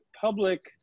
public